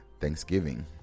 thanksgiving